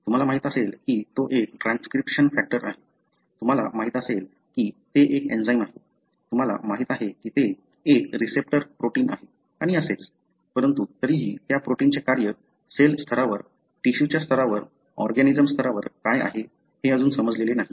तुम्हाला माहित असेल की तो एक ट्रान्सक्रिप्शन फॅक्टर आहे तुम्हाला माहित असेल की ते एक एन्झाइम आहे तुम्हाला माहित आहे की ते एक रिसेप्टर प्रोटीन आहे आणि असेच परंतु तरीही त्या प्रोटीनचे कार्य सेल स्तरावर टिश्यूच्या स्तरावर ऑर्गॅनिजम स्तरावर काय आहे हे अजून समजलेले नाही